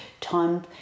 time